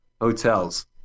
hotels